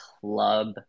club